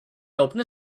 opened